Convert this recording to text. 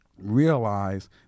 realize